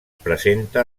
presenta